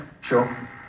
sure